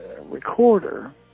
recorder